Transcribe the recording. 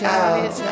out